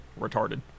retarded